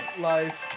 life